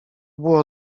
było